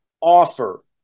offer